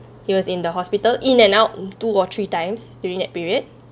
he was in the hospital in and out two or three times during that period